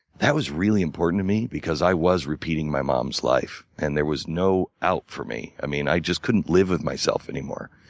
that was really important me because i was repeating my mom's life, and there was no out for me. i mean i just couldn't' live with myself anymore.